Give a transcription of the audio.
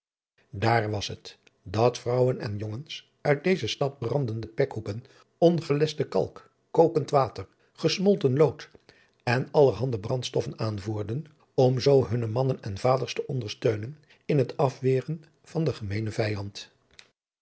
daar was het dat vrouwen en jongens uit deze stad brandende pekhoepen ongeleschten kalk kookend water gesmolten lood en allerhande brandstoffen aanvoerden om zoo hunne mannen en vaders te ondersteunen in het afweren van den gemeenen vijand